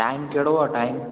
time कहिड़ो आहे time